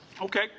Okay